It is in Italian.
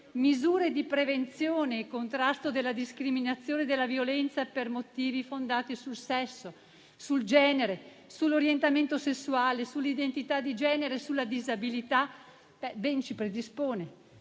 "Misure di prevenzione e contrasto della discriminazione e della violenza per motivi fondati sul sesso, sul genere, sull'orientamento sessuale, sull'identità di genere e sulla disabilità". Il titolo ben ci predispone,